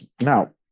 now